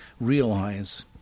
realize